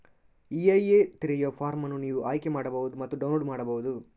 EIA ತೆರೆಯುವ form ಅನ್ನು ನೀವು ಆಯ್ಕೆ ಮಾಡಬಹುದು ಮತ್ತು ಡೌನ್ಲೋಡ್ ಮಾಡಬಹುದು